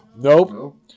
Nope